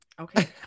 Okay